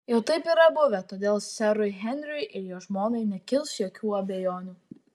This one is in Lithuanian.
jau taip yra buvę todėl serui henriui ir jo žmonai nekils jokių abejonių